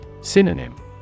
Synonym